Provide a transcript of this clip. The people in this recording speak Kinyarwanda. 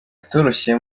ritoroshye